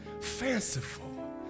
fanciful